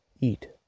eat